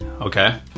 okay